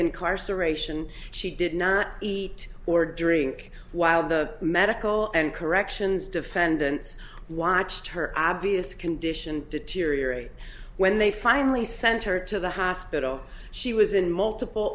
incarceration she did not eat or drink while the medical and corrections defendants watched her obvious condition deteriorate when they finally sent her to the hospital she was in multiple